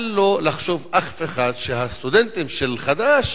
אל לו לחשוב, אף אחד, שהסטודנטים של חד"ש